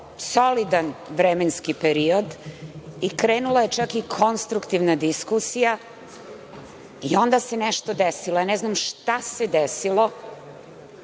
solidan vremenski period. Krenula je čak i konstruktivna diskusija i onda se nešto desilo. Ne znam šta se